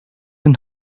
and